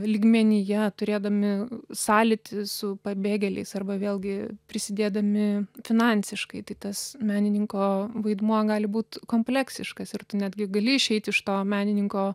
lygmenyje turėdami sąlytį su pabėgėliais arba vėlgi prisidėdami finansiškai tai tas menininko vaidmuo gali būt kompleksiškas ir tu netgi gali išeit iš to menininko